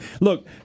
look